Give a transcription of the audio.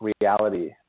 reality